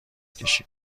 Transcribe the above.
کشید